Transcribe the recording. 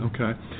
Okay